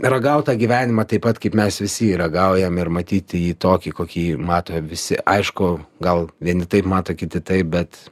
ragaut tą gyvenimą taip pat kaip mes visi jį ragaujam ir matyti jį tokį kokį mato visi aišku gal vieni taip mato kiti taip bet